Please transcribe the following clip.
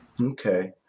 Okay